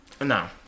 no